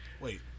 Wait